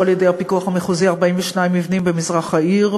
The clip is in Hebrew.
על-ידי הפיקוח המחוזי 42 מבנים במזרח העיר.